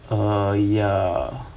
some more ya